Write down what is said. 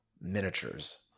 Miniatures